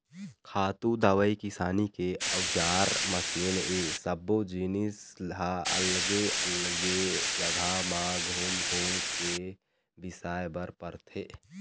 खातू, दवई, किसानी के अउजार, मसीन ए सब्बो जिनिस ह अलगे अलगे जघा म घूम घूम के बिसाए बर परथे